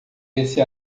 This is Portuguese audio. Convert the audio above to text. esse